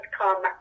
come